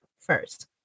first